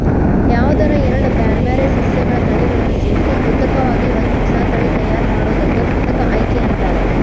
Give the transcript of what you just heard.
ಯಾವದರ ಎರಡ್ ಬ್ಯಾರ್ಬ್ಯಾರೇ ಸಸ್ಯಗಳ ತಳಿಗಳನ್ನ ಸೇರ್ಸಿ ಕೃತಕವಾಗಿ ಒಂದ ಹೊಸಾ ತಳಿ ತಯಾರ್ ಮಾಡೋದಕ್ಕ ಕೃತಕ ಆಯ್ಕೆ ಅಂತಾರ